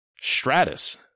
Stratus